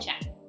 Check